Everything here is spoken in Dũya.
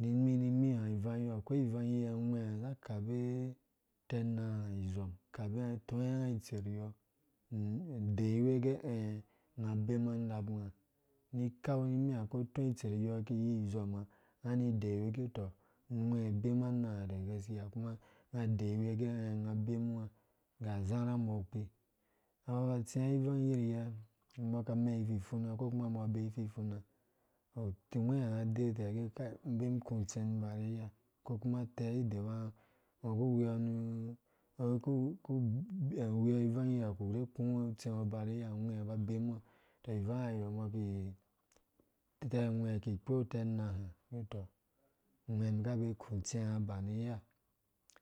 Nimi nimi ha ivangɔ akoi ivang yiya uwe ha za akabe utɛ na ha izɔm, utɔwe unya abema nimi ha ko utɔ́ itser yɔɔ yi izɔma unga ni deyiwe gɛ eh unga abema unab unga ni ikau nimi ha ko utɔ itser yɔɔ yi izɔma ungani deyiwe ugɛ tɔ ungwɛ̃ abema una ha degeskiya kuma unga adeyiwe gɛ ɛh unga abema ga uzarhu umbɔ kpi unga ba ba atsia ni ivang yirye umba ka amɛ̃ ifufuna tɔ ungwɛ hã unga adeyiwe tɛ gɛ kai ninbee ri iku utsɛm inbariiya ko kuma tɛ ideba unga ungo ku uweɔ nu ungo ku ku uweɔ ni ivang iyiha kudee kú unga utsɛngo uba ri iya ugwe ha ba abemunga tɔ ivangayɔ umbɔ ki, utɛ ungwe ɔha ki kpo utɛna ha gɛ tɔ ungwɛm kabe iku utsɛnga ba mi iya